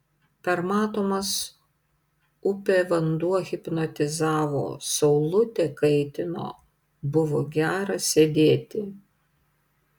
permatomas upė vanduo hipnotizavo saulutė kaitino buvo gera sėdėti